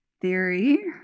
theory